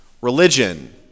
religion